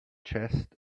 chest